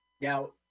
Now